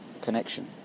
connection